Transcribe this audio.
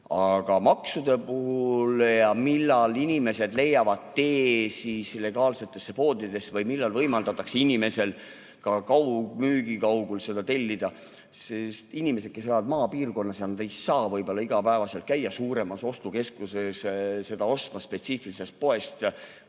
Aga maksude puhul ja millal inimesed leiavad tee illegaalsetesse poodidesse või millal võimaldatakse inimesel ka kaugmüügi kaudu seda tellida, sest inimesed, kes elavad maapiirkonnas, nad ei saa võib-olla iga päev suuremas ostukeskuses käia seda spetsiifilisest poest